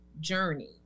journey